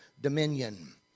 dominion